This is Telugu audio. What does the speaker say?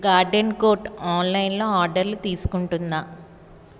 గార్డెన్ కోర్ట్ ఆన్లైన్లో ఆర్డర్లు తీసుకుంటుందా